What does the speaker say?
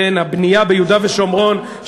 הבנייה ביהודה ושומרון.